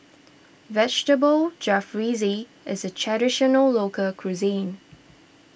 Vegetable Jalfrezi is a Traditional Local Cuisine